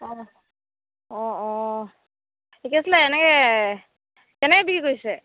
অঁ অঁ অঁ ঠিকে আছিলে এনেই কেনেকৈ বিক্ৰী কৰিছে